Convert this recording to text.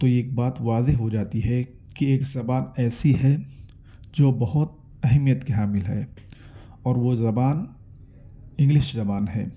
تو ایک بات واضح ہو جاتی ہے کہ ایک زبان ایسی ہے جو بہت اہمیت کی حامل ہے اور وہ زبان انگلش زبان ہے